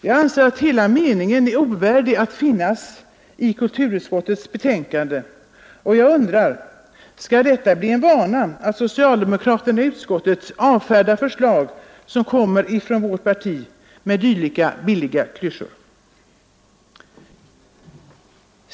Jag anser att hela den meningen är ovärdig i ett kulturutskottets betänkande, och jag undrar: Skall det bli en vana att socialdemokraterna i utskottet avfärdar förslag som kommer från vårt parti med dylika billiga klyschor?